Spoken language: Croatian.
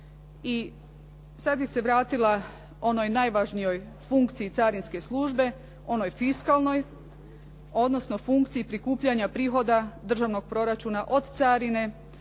I sad bih se vratila onoj najvažnijoj funkciji carinske službe, onoj fiskalnoj odnosno funkciji prikupljanja prihoda državnog proračuna od carine,